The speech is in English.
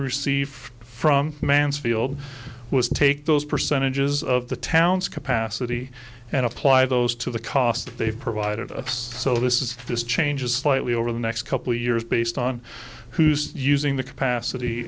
received from mansfield was to take those percentages of the town's capacity and apply those to the cost they've provided so this is this changes slightly over the next couple of years based on who's using the capacity